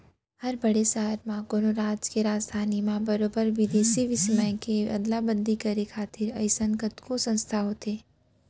हर बड़े सहर म, कोनो राज के राजधानी म बरोबर बिदेसी बिनिमय के अदला बदली करे खातिर अइसन कतको संस्था होथे